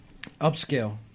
Upscale